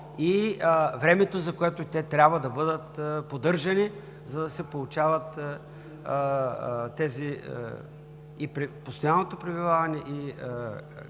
и времето, за което те трябва да бъдат поддържани, за да се получава и постоянното пребиваване,